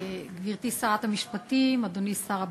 גברתי שרת המשפטים, אדוני שר הבריאות,